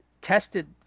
tested